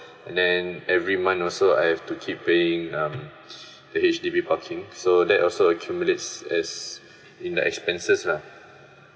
and then every month also I have to keep paying um the H_D_B parking so that also accumulates as in the expenses lah